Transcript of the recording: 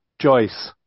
Joyce